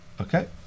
Okay